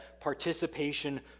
participation